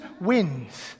wins